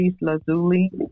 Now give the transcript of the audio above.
Lazuli